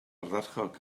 ardderchog